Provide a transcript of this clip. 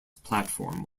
platform